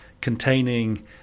containing